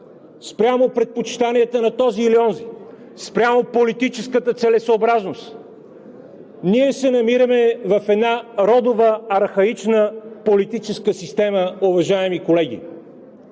спрямо предпочитанията на този или онзи, спрямо политическата целесъобразност. Ние се намираме в една родова архаична политическа система, уважаеми колеги,